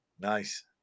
nice